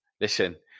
listen